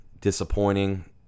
disappointing